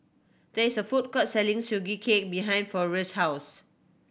there is a food court selling Sugee Cake behind Forest's house